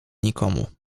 nikomu